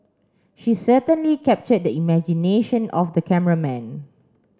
she certainly captured the imagination of the cameraman